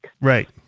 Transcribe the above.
Right